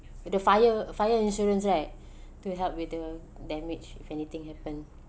with the fire fire insurance right to help with the damage if anything happen